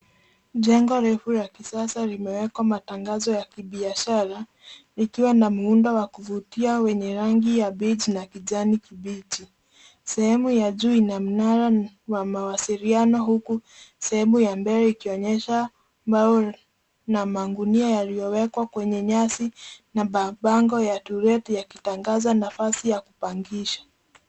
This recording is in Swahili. Jengo refu la kisasa limewekwa matangazo ya kibiashara likiwa na muundo wa kuvutia wenye rangi ya beige na kijani kibichi . Sehemu ya juu ina mnara wa mawasiliano huku sehemu ya mbele ikionyesha mbao na magunia yaliyowekwa kwenye nyasi na bango ya to let yakitangaza nafasi ya kupangisha.